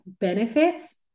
benefits